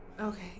Okay